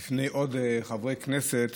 בפני חברי כנסת